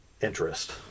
interest